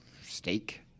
steak